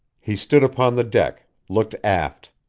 he stood upon the deck, looked aft.